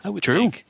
True